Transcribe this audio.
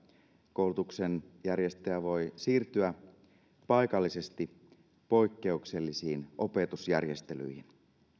koulutuksen järjestäjä voi siirtyä paikallisesti poikkeuksellisiin opetusjärjestelyihin